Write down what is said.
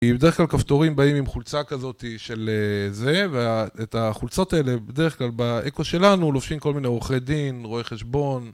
בדרך כלל כפתורים באים עם חולצה כזאת של... זה... ואת החולצות האלה בדרך כלל באקו שלנו לובשים כל מיני עורכי דין, רואי חשבון